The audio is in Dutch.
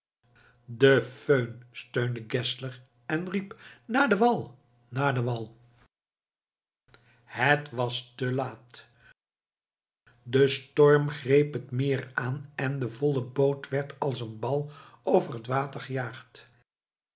de föhn steunde geszler en riep naar den wal naar den wal het was te laat de storm greep het meer aan en de volle boot werd als een bal over het water gejaagd